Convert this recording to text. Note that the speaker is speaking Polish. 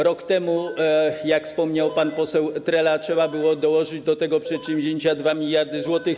Rok temu, jak wspomniał pan poseł Trela, trzeba było dołożyć do tego przedsięwzięcia 2 mld zł.